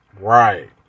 Right